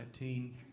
19